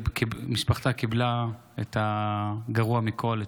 משפחתה קיבלה את הגרוע מכול,